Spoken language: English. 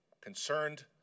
concerned